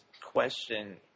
question